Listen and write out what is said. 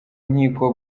nkiko